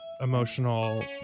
emotional